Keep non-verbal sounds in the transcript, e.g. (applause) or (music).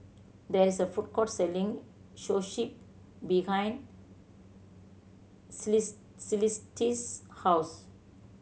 there is a food court selling Zosui behind (unintelligible) Celeste's house